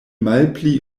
malpli